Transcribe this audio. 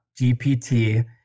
GPT